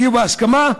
הגיעו להסכמה,